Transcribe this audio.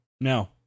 No